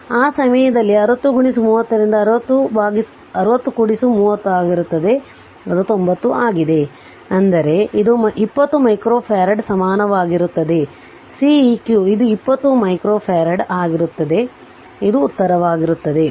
ಆದ್ದರಿಂದ ಆ ಸಮಯದಲ್ಲಿ ಅದು 60 30 ರಿಂದ 60 30 ಆಗಿರುತ್ತದೆ ಅದು 90 ಆಗಿದೆ ಅಂದರೆ ಅದು 20 ಮೈಕ್ರೊಫರಡ್ ಸಮಾನವಾಗಿರುತ್ತದೆ Ceq ಇದು 20 ಮೈಕ್ರೊಫರಡ್ ಆಗಿರುತ್ತದೆ ಅದು ಉತ್ತರವಾಗಿರುತ್ತದೆ